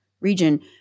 region